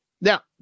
Now